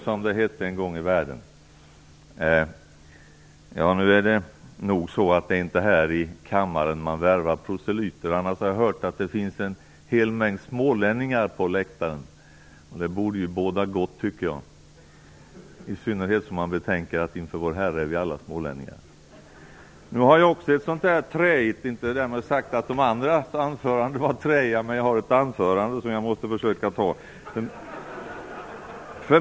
Så hette det ju en gång i världen. Nu är det nog så att det inte är här i kammaren man värvar proselyter. Annars har jag hört att det finns en mängd smålänningar på läktaren. Det borde båda gott, i synnerhet om man betänker att inför vår Herre är vi alla smålänningar. Nu har jag också ett träigt anförande som jag måste försöka hålla, därmed inte sagt att de andras anföranden var träiga.